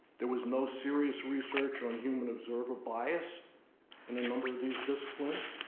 there was no serious research on human observer bias in a number of these disciplines.